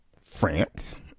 France